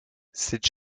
cette